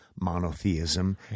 monotheism